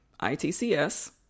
ITCS